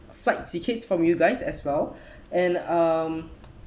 flight tickets from you guys as well and um